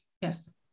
Yes